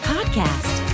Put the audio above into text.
Podcast